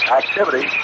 activity